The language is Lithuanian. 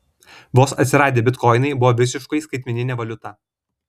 vos atsiradę bitkoinai buvo visiškai skaitmeninė valiuta